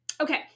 Okay